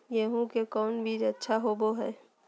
गेंहू के कौन बीज अच्छा होबो हाय?